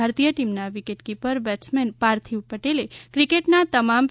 ભારતીય ટીમના wicketkeeper batsman Parthiv પટેલે ક્રિકેટના તમામ પ્રકારના